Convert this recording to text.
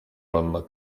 panna